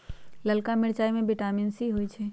ललका मिरचाई में विटामिन सी होइ छइ